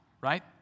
right